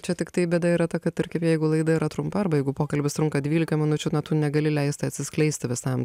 čia tiktai bėda yra ta kad tarkim jeigu laida yra trumpa arba jeigu pokalbis trunka dvylika minučių na tu negali leisti atsiskleisti visam